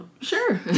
sure